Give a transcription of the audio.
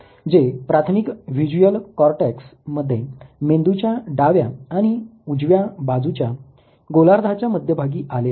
जे प्राथमिक visual cortex मध्ये मेंदूच्या डाव्या आणि उजव्या बाजूच्या गोलार्धाच्या मध्य भागी आले आहे